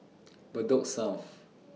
Bedok South